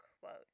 quote